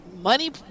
Money